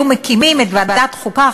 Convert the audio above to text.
היו מקימים את ועדת החוקה,